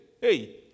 hey